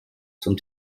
zum